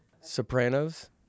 Sopranos